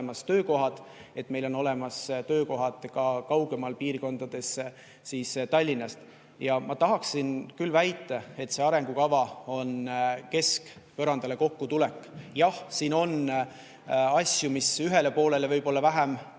et meil on olemas töökohad ka Tallinnast kaugemal piirkondades. Ma tahaksin küll väita, et see arengukava on keskpõrandale kokku tulek. Jah, siin on asju, mis ühele poolele võib-olla vähem